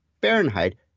Fahrenheit